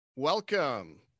Welcome